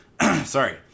Sorry